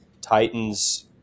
Titans